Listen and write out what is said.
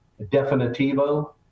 definitivo